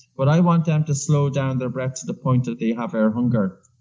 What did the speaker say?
but i want them to slow down their breath to the point that they have air hunger.